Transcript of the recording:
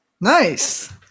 Nice